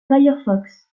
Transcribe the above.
firefox